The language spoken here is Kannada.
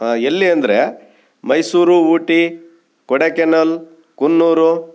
ಹಾಂ ಎಲ್ಲಿ ಅಂದರೆ ಮೈಸೂರು ಊಟಿ ಕೊಡೈಕೆನಲ್ ಕೂನೂರು